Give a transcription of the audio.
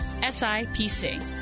SIPC